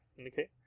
okay